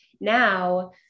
Now